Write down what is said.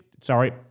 sorry